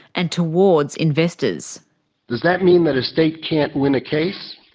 and towards investors. does that mean that a state can't win a case?